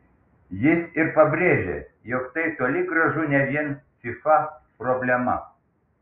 jis ir pabrėžė jog tai toli gražu ne vien fifa problema